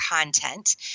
content